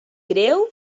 greu